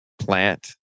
plant